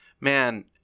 man